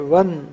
one